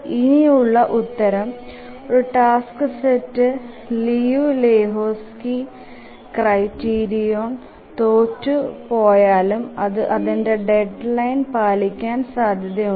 ഇതിനുള്ള ഉത്തരം ഒരു ടാസ്ക് സെറ്റ് ലിയു ലഹോക്സ്ക്യ് ക്രൈറ്റീരിയൻ തോറ്റു പോയാലും അതു അതിന്ടെ ഡെഡ്ലൈൻ പാലിക്കാൻ സാധ്യത ഉണ്ട്